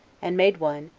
and made one,